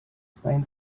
spain